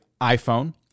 iPhone